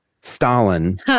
Stalin